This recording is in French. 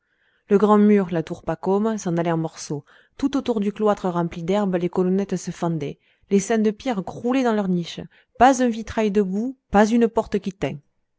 le grand mur la tour pacôme s'en allaient en morceaux tout autour du cloître rempli d'herbes les colonnettes se fendaient les saints de pierre croulaient dans leurs niches pas un vitrail debout pas une porte qui tînt